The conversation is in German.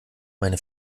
meine